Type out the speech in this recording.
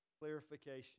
clarification